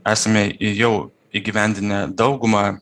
esame jau įgyvendinę daugumą